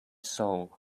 soul